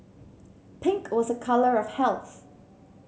pink was a colour of health